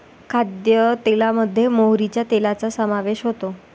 खाद्यतेलामध्ये मोहरीच्या तेलाचा समावेश होतो